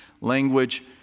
language